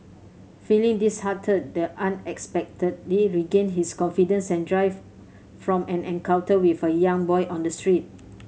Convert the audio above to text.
feeling disheartened the unexpectedly regain his confidence and drive from an encounter with a young boy on the street